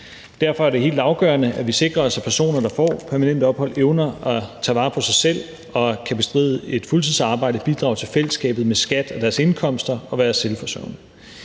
Derfor er det helt afgørende, at vi sikrer os, at personer, der får permanent ophold, evner at tage vare på sig selv og kan bestride et fuldtidsarbejde og bidrage til fællesskabet med skat og deres indkomster og være selvforsørgende.